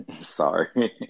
Sorry